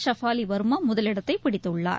ஷஃபாலி வர்மா முதலிடத்தை பிடித்துள்ளார்